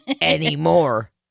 anymore